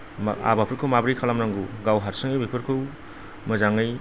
मा आबादफोरखौ माबोरै खालामनांगौ गाव हारसिङै बेफोरखौ मोजाङै